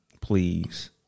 please